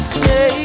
say